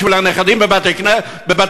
בשביל הנכדים בבתי-הספר?